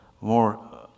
more